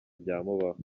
byamubaho